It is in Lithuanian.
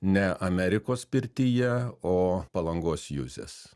ne amerikos pirtyje o palangos juzės